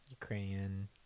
ukrainian